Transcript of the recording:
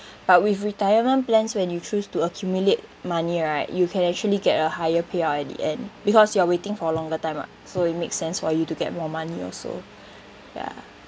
but with retirement plans when you choose to accumulate money right you can actually get a higher payout at the end because you are waiting for a longer time lah so it makes sense for you to get more money also ya